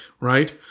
Right